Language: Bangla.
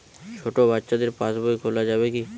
ছোট বাচ্চাদের পাশবই খোলা যাবে কি?